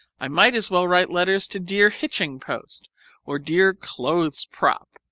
i might as well write letters to dear hitching-post or dear clothes-prop.